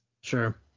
Sure